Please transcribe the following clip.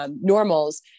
normals